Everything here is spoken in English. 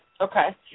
Okay